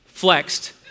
flexed